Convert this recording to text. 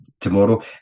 tomorrow